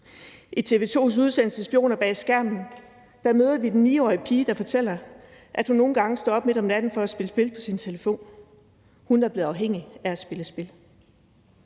I TV 2's udsendelse »Spionerne bag skærmen« møder vi den 9-årige pige, der fortæller, at hun nogle gange står op midt om natten for at spille spil på sin telefon. Hun er blevet afhængig af at spille spil.